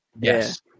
Yes